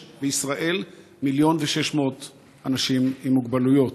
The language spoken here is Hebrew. יש בישראל מיליון ו-600,000 אנשים עם מוגבלויות.